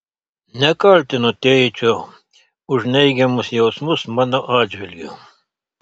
nekaltinu tėčio už neigiamus jausmus mano atžvilgiu